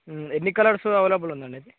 ఎన్ని colours available ఉంది అండి ఇది